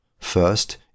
First